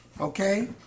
okay